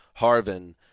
Harvin